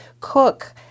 cook